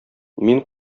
мин